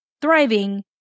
thriving